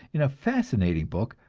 in a fascinating book,